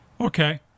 Okay